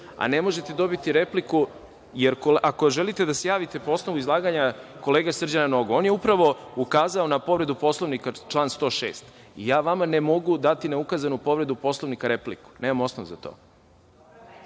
a ne možete dobiti repliku, jer ako želite da se javite po osnovu izlaganja kolege Srđana Nogo, on je upravo ukazao na povredu Poslovnika član 106. i ja vama ne mogu dati na ukazanu povredu Poslovnika repliku. Nemam osnov za